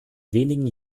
wenigen